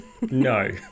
No